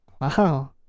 Wow